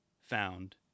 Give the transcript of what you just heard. found